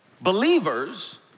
believers